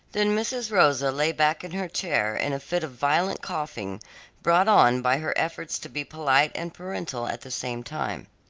then mrs. rosa lay back in her chair in a fit of violent coughing brought on by her efforts to be polite and parental at the same time.